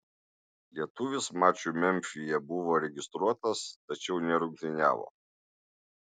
lietuvis mačui memfyje buvo registruotas tačiau nerungtyniavo